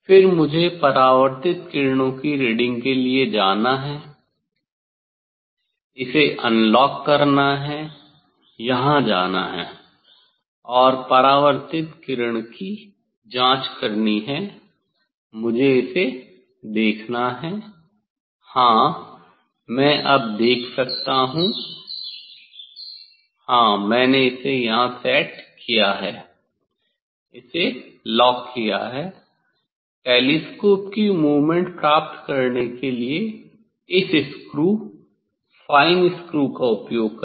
फिर मुझे परावर्तित किरणों की रीडिंग के लिए जाना है इसे अनलॉक करना है यहाँ जाना है और परावर्तित किरण की जाँच करनी है मुझे इसे देखना है हाँ मैं अब देख सकता हूँ हाँ मैंने इसे यहाँ सेट किया है इसे लॉक किया है टेलीस्कोप की मूवमेंट प्राप्त करने के लिए इस स्क्रू फाइन स्क्रू का उपयोग करें